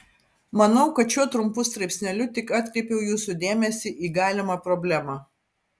manau kad šiuo trumpu straipsneliu tik atkreipiau jūsų dėmesį į galimą problemą